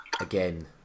Again